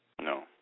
No